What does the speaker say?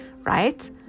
Right